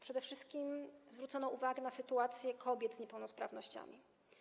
Przede wszystkich zwrócono uwagę na sytuację kobiet z niepełnosprawnościami.